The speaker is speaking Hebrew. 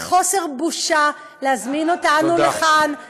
חוסר בושה, להזמין אותנו לכאן, תודה.